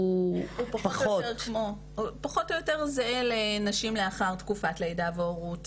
הוא הופך להיות כמו או פחות או יותר זהה לנשים לאחר תקופת לידה והורות,